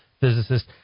physicist